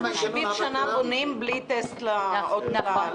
70 שנה אנחנו בונים בלי טסט לבניין.